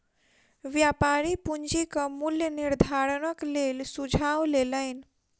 व्यापारी पूंजीक मूल्य निर्धारणक लेल सुझाव लेलैन